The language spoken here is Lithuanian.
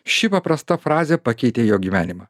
ši paprasta frazė pakeitė jo gyvenimą